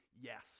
yes